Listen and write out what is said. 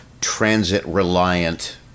transit-reliant